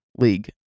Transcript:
league